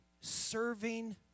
serving